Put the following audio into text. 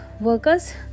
workers